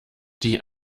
die